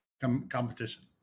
competition